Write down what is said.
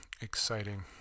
exciting